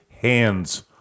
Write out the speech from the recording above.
hands